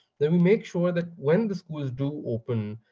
then we make sure that when the schools do open,